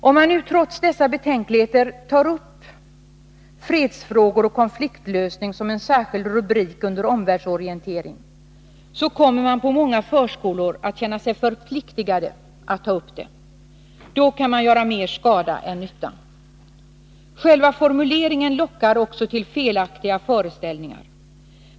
Om man trots dessa betänkligheter tar upp Fredsarbete och konfliktlösning som en särskild rubrik under Omvärldsorientering, kommer man på många förskolor att känna sig förpliktigad att gå in på ämnet. Då kan man göra mer skada än nytta. Själva formuleringen lockar också till felaktiga föreställningar.